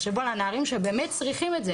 רגע צה"ל יציג את הנתונים אפרופו,